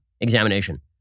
examination